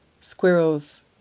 squirrels